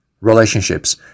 relationships